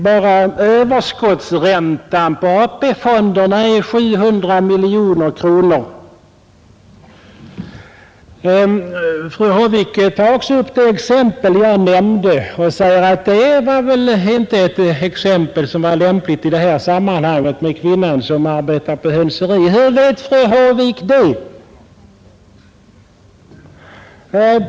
Bara överskottsräntan på AP-fonderna uppgår till 700 miljoner kronor. Fru Håvik tar också upp det exempel jag nämnde och säger att kvinnan som arbetar på hönseri väl inte är ett lämpligt exempel i detta sammanhang. Hur vet fru Håvik det?